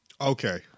Okay